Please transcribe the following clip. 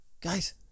guys